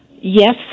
Yes